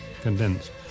condensed